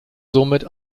somit